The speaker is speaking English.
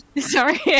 Sorry